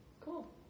Cool